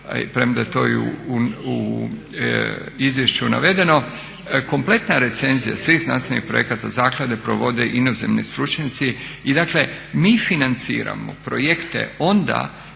premda je to u izvješću navedeno, kompletna recenzija svih znanstvenih projekata zaklade provode inozemni stručnjaci i mi financiramo projekte onda